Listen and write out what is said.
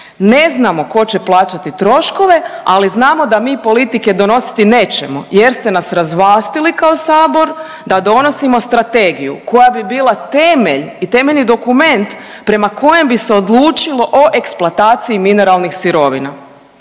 Ne znamo tko će plaćati troškove, ali znamo da mi politike donositi nećemo jer ste nas razvlastili kao Sabor da donosimo strategiju koja bi bila temelj i temeljni dokument prema kojem bi se odlučilo o eksploataciji mineralnih sirovina.